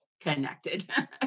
connected